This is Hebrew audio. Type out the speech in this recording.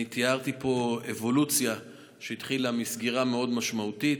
אני תיארתי פה אבולוציה שהתחילה מסגירה מאוד משמעותית,